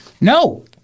no